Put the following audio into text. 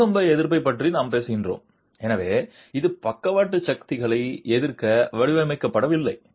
பூகம்ப எதிர்ப்பைப் பற்றி நாம் பேசுகிறோம் எனவே இது பக்கவாட்டு சக்திகளை எதிர்க்க வடிவமைக்கப்படவில்லை